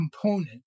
component